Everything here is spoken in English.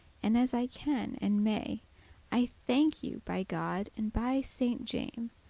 and as i can and may i thanke you, by god and by saint jame.